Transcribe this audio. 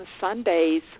Sundays